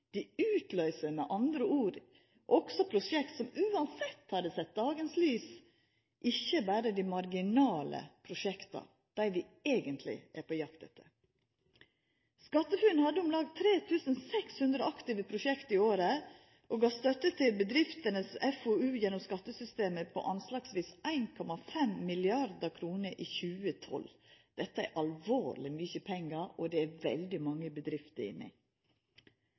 utløyser med andre ord også prosjekt som uansett hadde sett dagens lys, og ikkje berre dei marginale prosjekta, dei vi eigentleg er på jakt etter. SkatteFUNN har om lag 3 600 aktive prosjekt i året, og gav støtte til bedriftenes FoU gjennom skattesystemet på anslagsvis 1,5 mrd. kr i 2012. Dette er alvorleg mykje pengar, og det er veldig mange bedrifter!